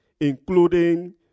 including